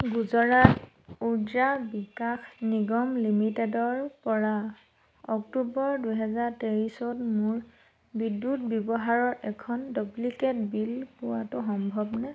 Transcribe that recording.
গুজৰাট উৰ্জা বিকাশ নিগম লিমিটেডৰ পৰা অক্টোবৰ দুহেজাৰ তেইছত মোৰ বিদ্যুৎ ব্যৱহাৰৰ এখন ডুপ্লিকেট বিল পোৱাটো সম্ভৱনে